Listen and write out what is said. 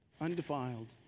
undefiled